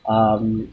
um